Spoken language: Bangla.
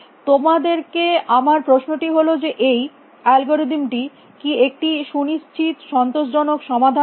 তোমাদেরকে আমার প্রশ্নটি হল যে এই অ্যালগরিদমটি কী একটি সুনিশ্চিত সন্তোষজনক সমাধান দেয়